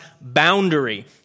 boundary